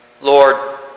Lord